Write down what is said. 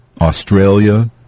Australia